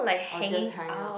or just hang out